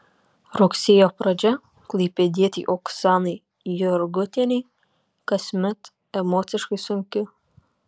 rugsėjo pradžia klaipėdietei oksanai jurgutienei kasmet emociškai sunki